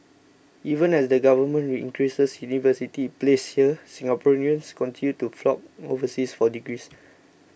even as the Government increases university places here Singaporeans continue to flock overseas for degrees